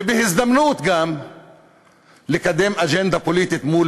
ובהזדמנות גם לקדם אג'נדה פוליטית מול